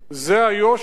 זה היושר?